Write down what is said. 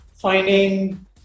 finding